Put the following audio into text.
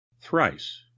Thrice